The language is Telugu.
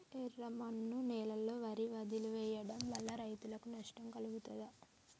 ఎర్రమన్ను నేలలో వరి వదిలివేయడం వల్ల రైతులకు నష్టం కలుగుతదా?